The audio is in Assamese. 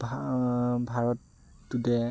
ভা ভাৰত টুডে'